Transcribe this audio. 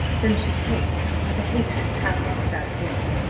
whom she hates with a hatred passing that of women.